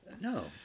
No